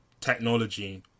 technology